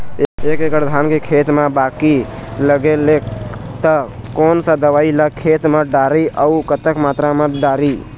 एक एकड़ धान के खेत मा बाकी लगे हे ता कोन सा दवई ला खेत मा डारी अऊ कतक मात्रा मा दारी?